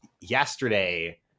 yesterday